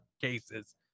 cases